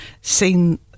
seen